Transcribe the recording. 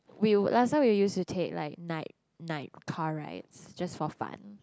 will last time we used to take like night night car right just for fun